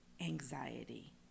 anxiety